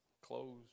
clothes